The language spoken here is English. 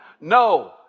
No